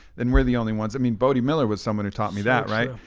then we're the only ones. i mean, bode miller was someone who taught me that, right?